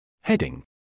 Heading